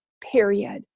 period